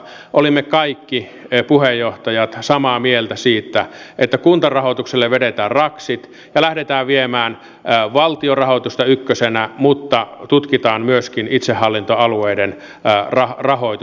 olimme kaikki puheenjohtajat samaa mieltä siitä että kuntarahoitukselle vedetään raksit ja lähdetään viemään valtion rahoitusta ykkösenä mutta tutkitaan myöskin itsehallintoalueiden rahoitus